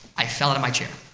i fell out of my chair.